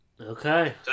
Okay